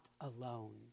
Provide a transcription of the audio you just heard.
alone